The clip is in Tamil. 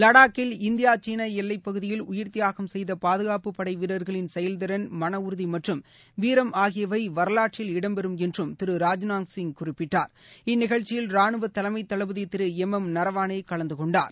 லடாக்கில் இந்தியா சீனா எல்லை பகுதியில் உயிர் தியாகம் செய்த பாதுகாப்பு படைவீரர்களின் செயல்திறன் மன உறுதி மற்றும் வீரம் ஆகியவை வரவாற்றில் இடம்பெறும் என்று திரு ராஜ்நாத் சிங் குறிப்பிட்டார் இந்நிகழ்ச்சியில் ராணுவ தலைமை தளபதி திரு எம் எம் நரவானே கலந்துகொண்டார்